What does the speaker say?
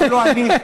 אפילו אני,